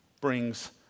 brings